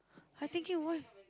I thinking why